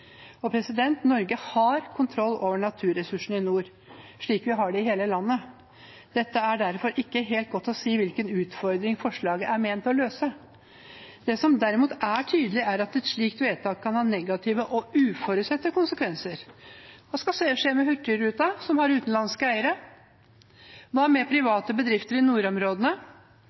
Norge har kontroll over naturressursene i nord, slik vi har det i hele landet. Det er derfor ikke helt godt å si hvilken utfordring forslaget er ment å løse. Det som derimot er tydelig, er at et slikt vedtak kan ha negative og uforutsette konsekvenser. Hva skal skje med Hurtigruten, som har utenlandske eiere? Hva med private bedrifter i nordområdene?